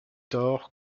tore